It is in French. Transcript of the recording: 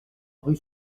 rue